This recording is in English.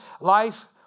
life